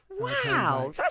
Wow